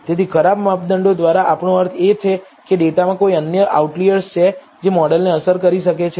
તેથી ખરાબ માપદંડો દ્વારા આપણો અર્થ એ છે કે ડેટામાં કોઈ અન્ય આઉટલિઅર્સ છે જે મોડેલને અસર કરી શકે છે